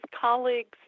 colleagues